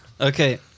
Okay